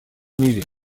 мире